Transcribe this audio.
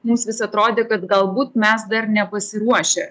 mums vis atrodė kad galbūt mes dar nepasiruošę